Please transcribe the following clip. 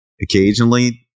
occasionally